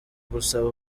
gusaba